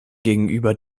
gegenüber